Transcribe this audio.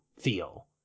feel